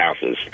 houses